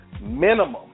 minimum